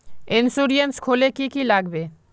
Insurance खोले की की लगाबे?